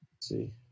See